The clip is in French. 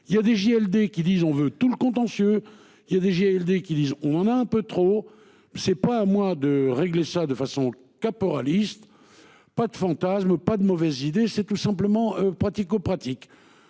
Il y a des JLD qui disent on veut tout le contentieux, il y a des GLD qui disent on en a un peu trop, c'est pas à moi de régler ça de façon caporaliste. Pas de fantasmes. Pas de mauvaise idée. C'est tout simplement pratico-pratique